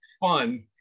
fun